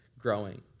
growing